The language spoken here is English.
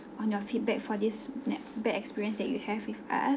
on your feedback for this bad bad experience that you have with us